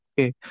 Okay